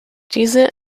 diese